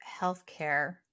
healthcare